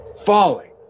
falling